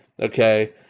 Okay